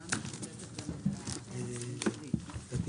הישיבה ננעלה בשעה 13:45.